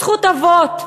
זכות אבות.